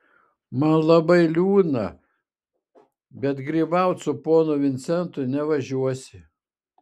man labai liūdna bet grybaut su ponu vincentu nevažiuosi